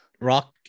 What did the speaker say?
rock